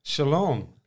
Shalom